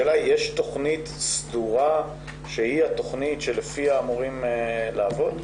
יש תוכנית סדורה שלפיה אמורים לעבוד?